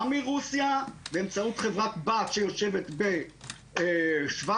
מרוסיה באמצעות חברת בת שיושבת בשוויץ,